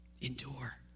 Endure